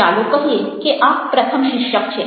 ચાલો કહીએ કે આ પ્રથમ શીર્ષક છે